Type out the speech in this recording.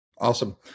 Awesome